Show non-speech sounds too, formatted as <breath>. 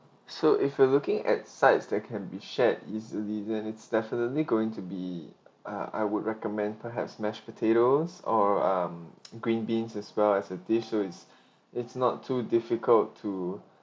so if you're looking at sides that can be shared easily then it's definitely going to be ah I would recommend perhaps mashed potatoes or um green beans as well as a dish so it's <breath> it's not too difficult to